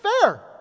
fair